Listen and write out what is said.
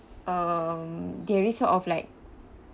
um they already sort of like